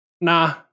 Nah